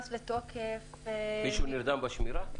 מישהו נרדם בשמירה?